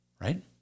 Right